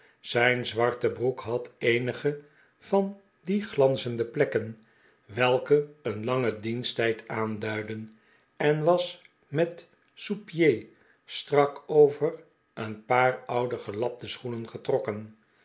zijn zwarte broek had eenige van die glanzende plekken welke een langen diensttijd aanduiden en was met souspieds strak over een paar oude g'elapte schoenen